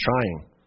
trying